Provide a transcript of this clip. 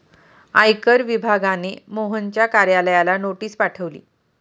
आयकर विभागाने मोहनच्या कार्यालयाला नोटीस पाठवली